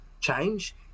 change